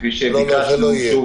כפי שביקשנו,